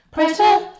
Pressure